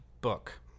book